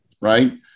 right